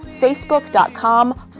facebook.com